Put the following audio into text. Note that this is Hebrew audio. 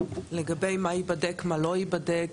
מה לא ייבדק,